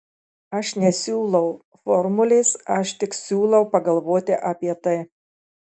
aš nesiūlau formulės aš tik siūlau pagalvoti apie tai